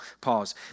Pause